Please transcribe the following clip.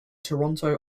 toronto